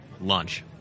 lunch